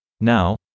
Now